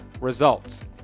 results